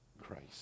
christ